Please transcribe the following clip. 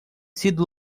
sido